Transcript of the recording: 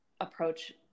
approach